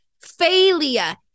Failure